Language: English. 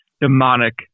demonic